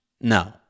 no